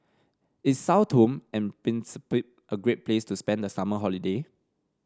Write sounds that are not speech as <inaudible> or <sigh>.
is Sao Tome and <unintelligible> a great place to spend the summer holiday